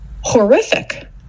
horrific